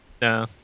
No